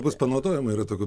bus panaudojama yra tokių